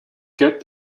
cup